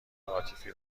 عاطفی